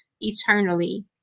eternally